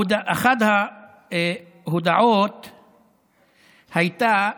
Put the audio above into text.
אחת ההודעות הייתה,